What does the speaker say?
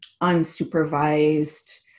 unsupervised